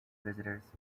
visitors